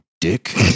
dick